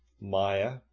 Maya